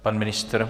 Pan ministr?